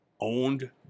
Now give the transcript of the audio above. owned